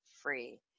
free